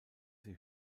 sie